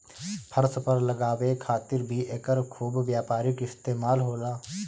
फर्श पर लगावे खातिर भी एकर खूब व्यापारिक इस्तेमाल होला